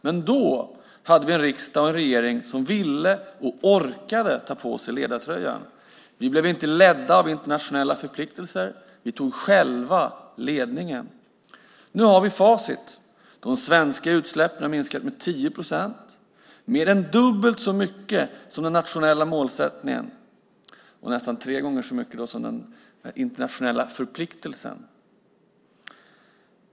Men då hade vi en riksdag och en regering som ville och orkade ta på sig ledartröjan. Vi blev inte ledda av internationella förpliktelser. Vi tog själva ledningen. Nu har vi facit. De svenska utsläppen har minskat med 10 procent, mer än dubbelt så mycket som den nationella målsättningen och nästan tre gånger så mycket som den internationella förpliktelsen.